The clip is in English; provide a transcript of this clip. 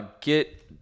get